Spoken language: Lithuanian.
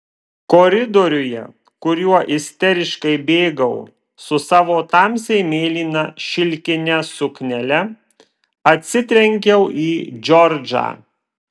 koridoriuje kuriuo isteriškai bėgau su savo tamsiai mėlyna šilkine suknele atsitrenkiau į džordžą